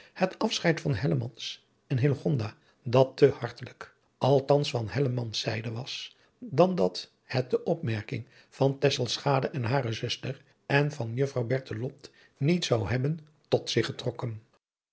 het afscheid van hellemans en hillegonda dat te hartelijk althans van hellemans zijde was dan dat het de opmerking van tesselschade en hare zuster en van juffrouw bertelot niet zou hebben tot zich getrokken